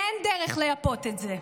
אין דרך לייפות את זה.